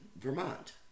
Vermont